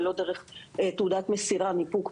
ולא דרך תעודת מסירה או ניפוק,